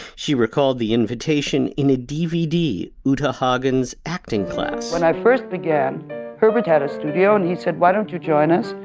she recalled the invitation in a dvd uta huggins acting class when i first began herbert had a studio and he said why don't you join us.